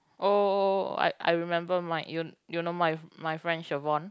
oh I I remember my you you know my my friend Shervon